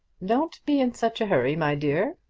don't be in such a hurry, my dear.